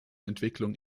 entwicklung